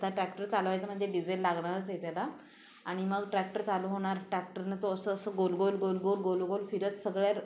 आता ट्रॅक्टर चालवायचं म्हणजे डिझेल लागणारच आहे त्याला आणि मग ट्रॅक्टर चालू होणार टॅक्टरनं तो असं असं गोलगोल गोलगोल गोलगोल फिरत सगळ्यात